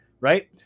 right